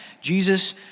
Jesus